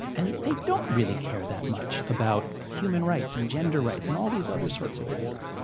and they don't really care that much about human rights, and gender rights, and all these other sorts of things.